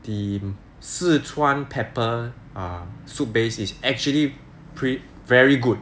the sichuan pepper err soup base is actually very good